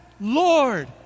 Lord